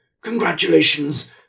congratulations